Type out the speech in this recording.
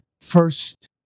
First